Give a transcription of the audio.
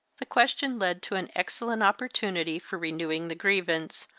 the question led to an excellent opportunity for renewing the grievance,